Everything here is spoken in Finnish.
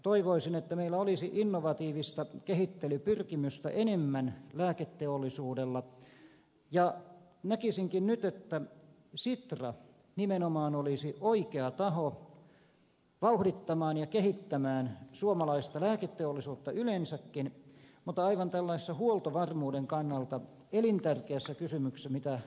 toivoisin että meillä olisi lääketeollisuudella enemmän innovatiivista kehittelypyrkimystä ja näkisinkin nyt että sitra nimenomaan olisi oikea taho vauhdittamaan ja kehittämään suomalaista lääketeollisuutta yleensäkin ja erityisesti tällaisessa huoltovarmuuden kannalta aivan elintärkeässä kysymyksessä mitä rokotetuotanto edustaa